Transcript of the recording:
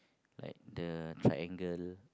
like the triangle